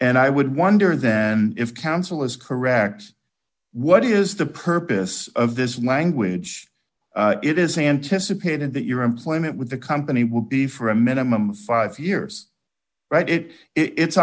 and i would wonder then if counsel is correct what is the purpose of this language it is anticipated that your employment with the company will be for a minimum of five years write it it